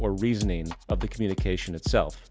or reasoning of the communication itself